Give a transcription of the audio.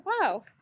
wow